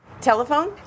Telephone